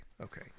okay